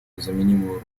незаменимую